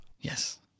Yes